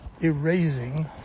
erasing